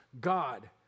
God